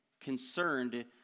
concerned